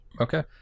okay